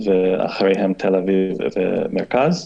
אחריהם תל אביב ומרכז.